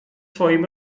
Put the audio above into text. swoim